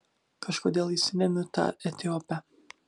kažkodėl įsidėmiu tą etiopę